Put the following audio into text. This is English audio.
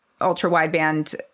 ultra-wideband